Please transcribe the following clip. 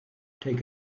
take